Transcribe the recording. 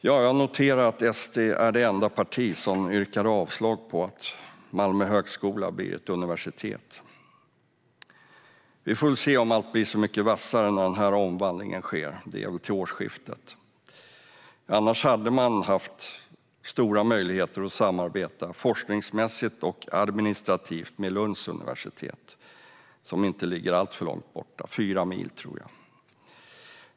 Jag noterar att SD är det enda parti som yrkar avslag på att Malmö högskola blir universitet. Vi får väl se om allt blir så mycket vassare när den omvandlingen sker - det är väl till årsskiftet. Annars hade det varit möjligt att samarbeta forskningsmässigt och administrativt med Lunds universitet, som inte ligger alltför långt borta - fyra mil.